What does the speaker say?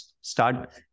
start